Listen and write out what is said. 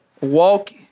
walk